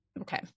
okay